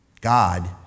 God